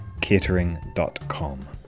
catering.com